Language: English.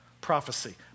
prophecy